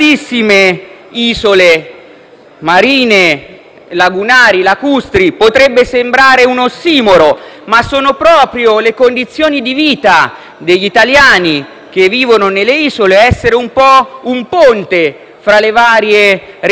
marine, lagunari, lacustri; potrebbe sembrare un ossimoro ma sono proprio le condizioni di vita degli italiani che vivono nelle isole ad essere un po' un ponte fra le varie realtà del nostro Paese.